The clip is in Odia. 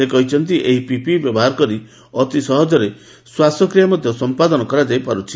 ସେ କହିଛନ୍ତି ଏହି ପିପିଇ ବ୍ୟବହାର କରି ଅତି ସହଜରେ ଶ୍ୱାସକ୍ରିୟା ମଧ୍ୟ ସମ୍ପାଦନ କରାଯାଇ ପାର୍ ଛି